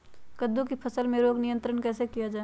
कददु की फसल में रोग नियंत्रण कैसे किया जाए?